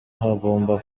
hagomba